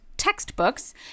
textbooks